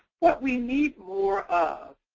what we need more of.